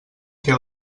què